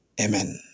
Amen